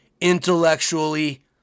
intellectually